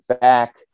back